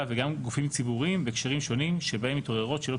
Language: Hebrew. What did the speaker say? וגם גופים ציבוריים בהקשרים שונים שבהם מתעוררות שאלות